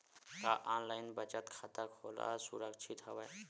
का ऑनलाइन बचत खाता खोला सुरक्षित हवय?